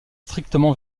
strictement